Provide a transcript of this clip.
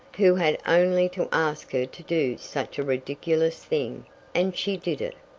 who had only to ask her to do such a ridiculous thing and she did it?